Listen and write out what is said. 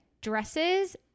dresses